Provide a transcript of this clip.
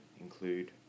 include